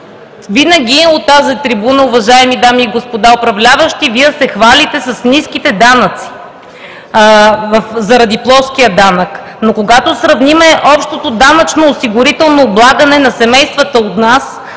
Винаги от тази трибуна, уважаеми дами и господа управляващи, Вие се хвалите с ниските данъци заради плоския данък, но когато сравним общото данъчно-осигурително облагане на семействата у нас,